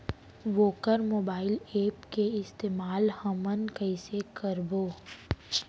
वोकर mobile app के इस्तेमाल हमन कइसे करबो?